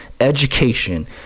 education